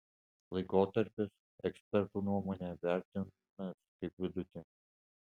laikotarpis ekspertų nuomone vertintinas kaip vidutinis